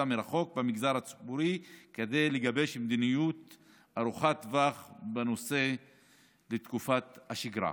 מרחוק במגזר הציבורי כדי לגבש מדיניות ארוכת טווח בנושא בתקופת השגרה.